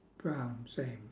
brown same